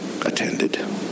attended